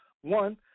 one